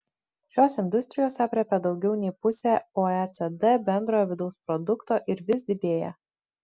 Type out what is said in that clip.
šios industrijos aprėpia daugiau nei pusę oecd bendrojo vidaus produkto ir vis didėja